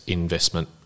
investment